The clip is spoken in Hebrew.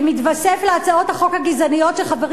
זה מתווסף להצעות החוק הגזעניות שחברים